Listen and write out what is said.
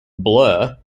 blur